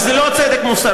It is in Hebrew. אבל זה לא צדק מוסרי.